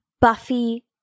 Buffy